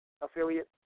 Affiliate